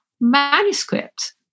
manuscript